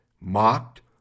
mocked